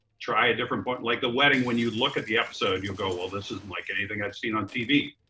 try a different form. but like the wedding, when you look at the episode, you'll go, well, this isn't like anything i've seen on tv.